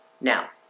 Now